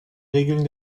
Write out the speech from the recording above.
regeln